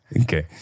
Okay